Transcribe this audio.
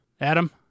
Adam